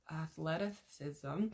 athleticism